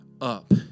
up